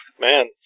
Man